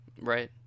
Right